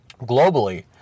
globally